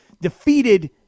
defeated